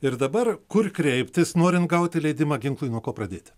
ir dabar kur kreiptis norin gauti leidimą ginklui nuo ko pradėti